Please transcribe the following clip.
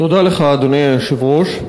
אדוני היושב-ראש,